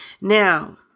now